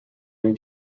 new